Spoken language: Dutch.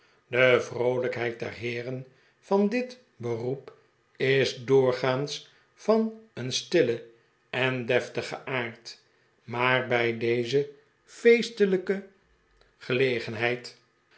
de vroolijkheid der heeren van dit beroep is doorgaans van een stillen en deftigen aard maar bij deze feestelijke